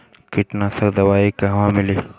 कीटनाशक दवाई कहवा मिली?